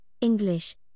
English